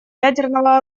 ядерного